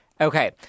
Okay